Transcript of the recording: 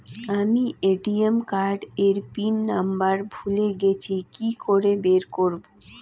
আমি ATM card এর PIN number ভুলে গেছি কি করে বের করব?